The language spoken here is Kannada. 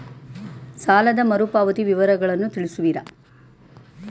ಸಾಲದ ಮರುಪಾವತಿ ವಿವರಗಳನ್ನು ತಿಳಿಸುವಿರಾ?